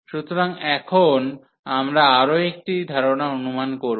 সুতরাং এখন আমরা আরও একটি ধারনা অনুমান করব